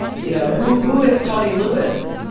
you know, who who is tony lewis?